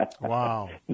Wow